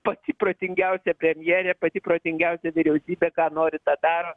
pati protingiausia premjerė pati protingiausia vyriausybė ką nori tą daro